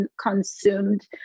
consumed